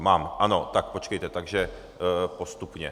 Mám, ano, tak počkejte, takže postupně.